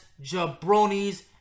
jabronis